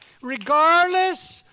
Regardless